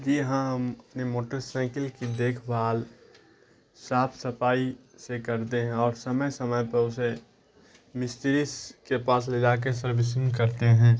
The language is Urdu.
جی ہاں ہم اپنی موٹر سائیکل کی دیکھ بھال صاف صفائی سے کرتے ہیں اور سمے سمے پر اسے مستری کے پاس لے جا کے سروسنگ کرتے ہیں